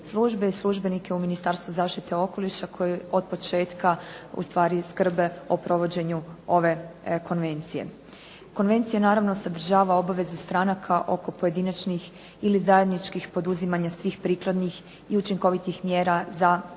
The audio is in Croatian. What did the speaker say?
službe i službenike u Ministarstvu za zaštitu okoliša koji od početka ustvari skrbe o provođenju ove konvencije. Konvencija naravno sadržava obavezu stranaka oko pojedinačnih ili zajedničkih poduzimanja svih prikladnih i učinkovitih mjera za sprječavanje,